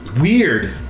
weird